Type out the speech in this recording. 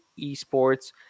esports